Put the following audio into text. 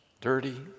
dirty